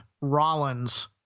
Rollins